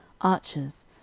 archers